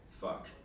Fuck